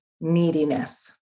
neediness